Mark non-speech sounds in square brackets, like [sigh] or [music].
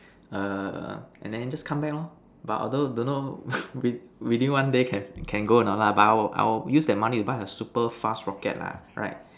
err and then just come back lor but although don't know [noise] within within one day can can go or not lah but I'll I will use the money to buy a super fast rocket lah right